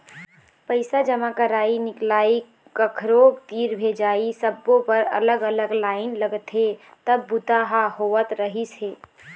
पइसा जमा करई, निकलई, कखरो तीर भेजई सब्बो बर अलग अलग लाईन लगथे तब बूता ह होवत रहिस हे